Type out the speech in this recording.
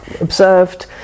observed